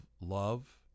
love